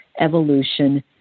evolution